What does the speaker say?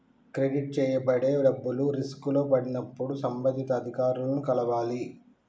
credit చేయబడే డబ్బులు రిస్కులో పడినప్పుడు సంబంధిత అధికారులను కలవాలి